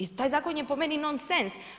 I taj zakon je po meni nonsens.